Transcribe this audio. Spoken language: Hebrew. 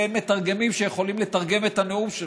אין מתרגמים שיכולים לתרגם את הנאום שלו.